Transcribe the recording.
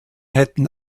hätten